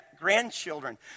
grandchildren